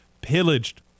pillaged